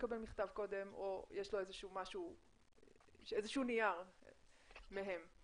קודם מקבל מכתב או יש לו איזשהו נייר מהביטוח הלאומי.